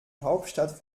hauptstadt